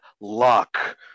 luck